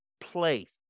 place